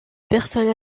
personnes